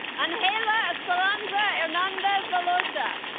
and angela esperanza hernandez veloza